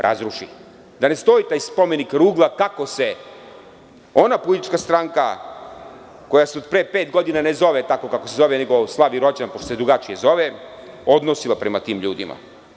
Razrušili, da ne stoji taj spomenik rugla kako se ona politička stranka koja se od pre pet godina ne zove tako kako se zove, nego slavi rođendan pošto se drugačije zove, odnosila prema tim ljudima.